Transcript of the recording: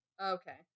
Okay